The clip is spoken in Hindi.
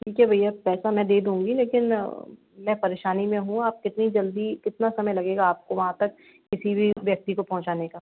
ठीक है भैया पैसा मैं दे दूँगी लेकिन मैं परेशानी में हूँ आप जितनी जल्दी कितना समय लगेगा आपको वहाँ तक किसी भी व्यक्ति को पहुँचाने का